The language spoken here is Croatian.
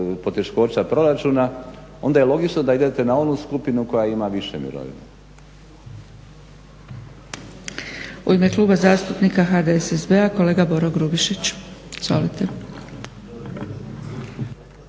poteškoća proračuna onda je logično da idete na onu skupinu koja ima više mirovinu.